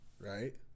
right